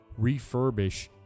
refurbish